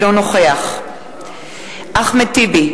אינו נוכח אחמד טיבי,